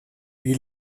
wie